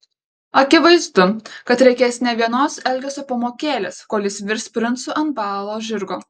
akivaizdu kad reikės ne vienos elgesio pamokėlės kol jis virs princu ant balo žirgo